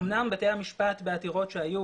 אמנם בתי המשפט בעתירות שהיו,